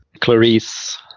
Clarice